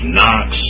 Knox